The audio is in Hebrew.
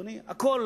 הכול